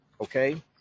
okay